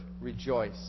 rejoice